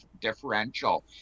differential